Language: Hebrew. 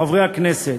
חברי הכנסת,